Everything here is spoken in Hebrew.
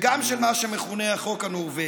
וגם של מה שמכונה החוק הנורבגי.